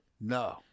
No